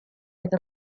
with